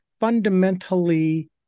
fundamentally